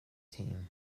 team